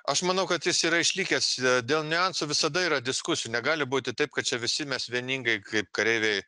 aš manau kad jis yra išlikęs dėl niuansų visada yra diskusijų negali būti taip kad čia visi mes vieningai kaip kareiviai